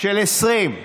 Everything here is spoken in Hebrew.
של 20?